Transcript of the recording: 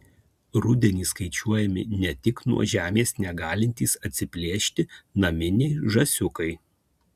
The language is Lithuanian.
rudenį skaičiuojami ne tik nuo žemės negalintys atsiplėšti naminiai žąsiukai